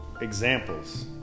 examples